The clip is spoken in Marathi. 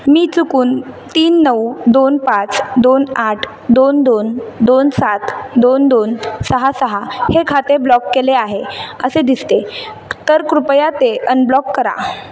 मी चुकून तीन नऊ दोन पाच दोन आठ दोन दोन दोन सात दोन दोन सहा सहा हे खाते ब्लॉक केले आहे असे दिसते तर कृपया ते अनब्लॉक करा